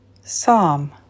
Psalm